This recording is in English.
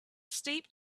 steep